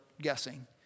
guessing